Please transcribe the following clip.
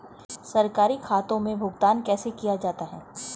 सरकारी खातों में भुगतान कैसे किया जाता है?